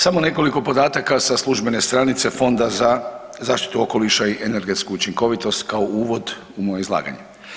Samo nekoliko podataka sa službene stranice Fonda za zaštitu okoliša i energetsku učinkovitost kao uvod u moje izlaganje.